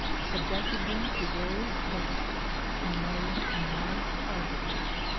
subjected them to various tests and made enlarged positives.